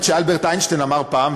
האמת שאלברט איינשטיין אמר פעם,